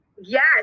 yes